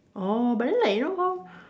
orh but then like you know how